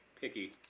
picky